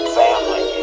family